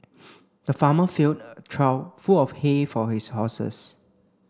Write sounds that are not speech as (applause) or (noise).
(noise) the farmer filled a trough full of hay for his horses